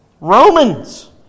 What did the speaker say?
Romans